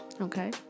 okay